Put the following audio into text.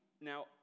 Now